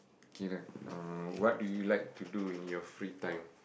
K lah uh what do you like to do in your free time